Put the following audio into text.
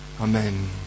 amen